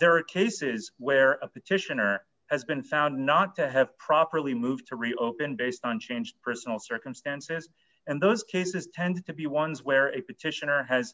there are cases where a petitioner has been found not to have properly moved to reopen based on changed personal circumstances and those cases tend to be ones where a petitioner has